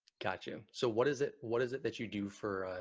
gotcha. so what is it, what is it that you do for,